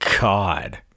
God